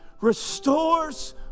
restores